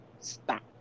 Stop